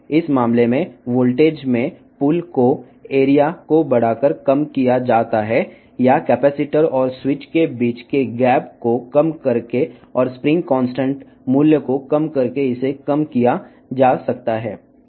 ఈ సందర్భంలో pull in voltage విస్తీర్ణాన్ని పెంచడం ద్వారా తగ్గించబడుతుంది లేదా కెపాసిటర్ మరియు స్విచ్ మధ్య అంతరాన్ని తగ్గించడం ద్వారా తగ్గించబడుతుంది మరియు స్ప్రింగ్ కాన్స్టాంట్ విలువను తగ్గించడం ద్వారా తగ్గించవచ్చు